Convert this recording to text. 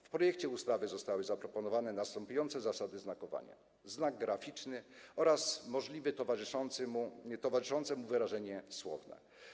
W projekcie ustawy zostały zaproponowane następujące zasady oznakowania: znak graficzny oraz możliwe towarzyszące mu wyrażenie słowne.